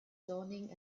dawning